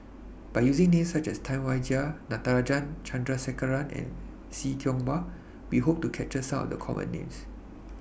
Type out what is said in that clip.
By using Names such as Tam Wai Jia Natarajan Chandrasekaran and See Tiong Wah We Hope to capture Some of The Common Names